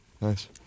Nice